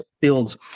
fields